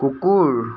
কুকুৰ